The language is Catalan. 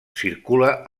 circula